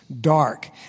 dark